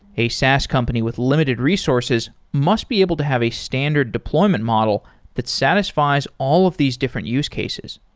a saas company with limited resources must be able to have a standard deployment model that satisfies all of these different use cases.